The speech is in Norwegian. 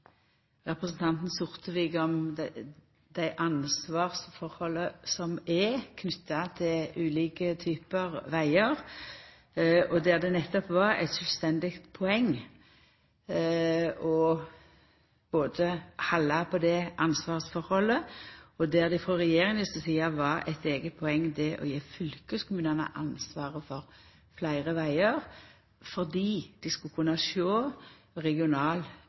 representanten Sortevik om dei ansvarsforholda som er knytte til ulike typar vegar, der det nettopp var eit sjølvstendig poeng å halda på ansvarsforholdet, og der det frå regjeringa si side var eit eige poeng å gje fylkeskommunane ansvar for fleire vegar fordi dei skulle kunne sjå regional